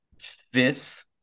fifth